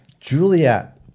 Juliet